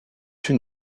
une